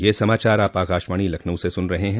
ब्रे क यह समाचार आप आकाशवाणी लखनऊ से सुन रहे हैं